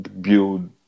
build